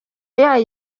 yayo